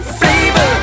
flavor